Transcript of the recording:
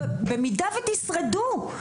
במידה ותשרדו.